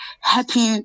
happy